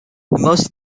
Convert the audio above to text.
most